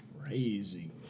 crazy